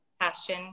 Passion